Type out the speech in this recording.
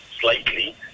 slightly